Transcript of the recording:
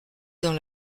dans